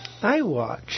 iWatch